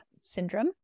syndrome